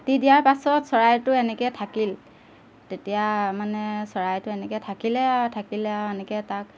কাটি দিয়াৰ পাছত চৰাইটো এনেকৈ থাকিল তেতিয়া মানে চৰাইটো এনেকৈ থাকিলে আৰু থাকিলে আৰু এনেকৈ তাক